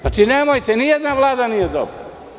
Nemojte, ni jedna Vlada nije dobra.